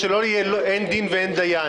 שאין דין ואין דיין.